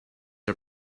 are